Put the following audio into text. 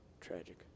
Tragic